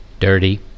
dirty